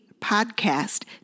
Podcast